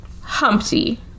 Humpty